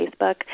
Facebook